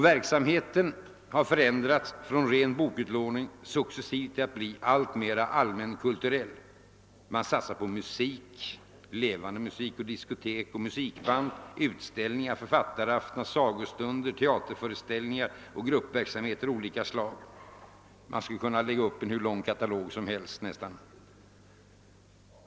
Verksamheten har förändrats från ren bokutlåning till att successivt bli allmänkulturell — man satsar på musik, levande musik och diskotek samt musikband, på utställningar, författaraftnar, sagostunder, teaterföreställningar och gruppverksamheter av olika slag — katalogen skulle kunna göras nästan hur lång som helst.